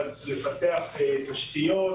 פיתוח תשתיות